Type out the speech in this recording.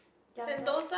youngest